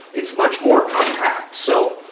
it's much more compact. so